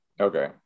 Okay